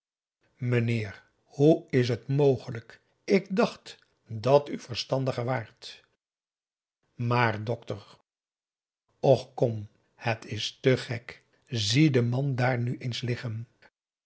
meneer hoe is het mogelijk ik dacht dat u verstandiger waart maar dokter och kom het is te gek zie de man daar nu eens